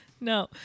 No